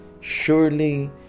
Surely